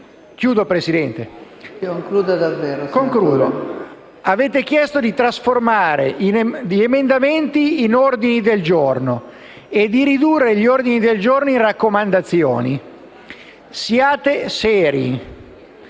Consiglio dei ministri: avete chiesto di trasformare gli emendamenti in ordini del giorno e di ridurre gli ordini del giorno in raccomandazioni. Siate seri: